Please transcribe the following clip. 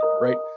right